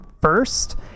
first